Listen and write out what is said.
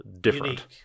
different